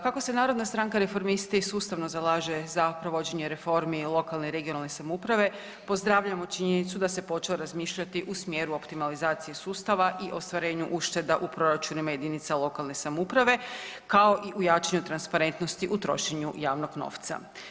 Kako se Narodna stranka reformisti sustavno zalaže za provođenje reformi lokalne i regionalne samouprave, pozdravljamo činjenicu da se počelo razmišljati u smjeru optimalizacije sustava i ostvarenju ušteda u proračunima jedinica lokalne samouprave kao i u jačanju transparentnosti u trošenju javnog novca.